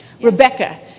Rebecca